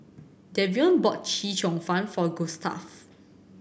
Davion bought Chee Cheong Fun for Gustav